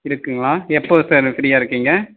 இருக்குங்களா எப்போது சார் ஃப்ரீயாக இருக்கீங்க